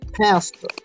pastor